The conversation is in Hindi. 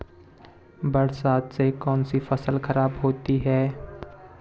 बरसात से कौन सी फसल खराब होती है?